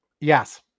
Yes